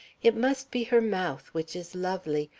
it must be her mouth, which is lovely,